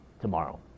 tomorrow